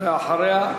ואחריו?